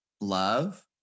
love